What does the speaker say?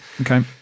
Okay